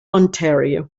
ontario